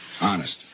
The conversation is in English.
Honest